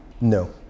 No